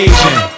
Asian